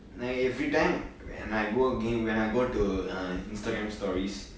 நா:naa every time I go again when I go to instagram stories